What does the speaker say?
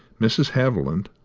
mrs. haviland,